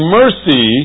mercy